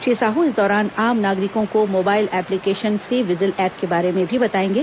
श्री साह इस दौरान आम नागरिकों को mobile application C vigil app के बारे में भी बताएंगे